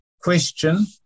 question